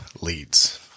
leads